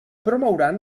promouran